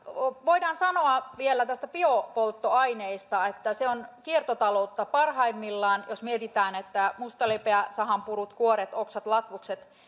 voidaan sanoa vielä biopolttoaineista että se on kiertotaloutta parhaimmillaan jos mietitään että mustalipeä sahanpurut kuoret oksat latvukset